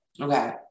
okay